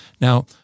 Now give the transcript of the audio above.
Now